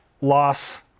loss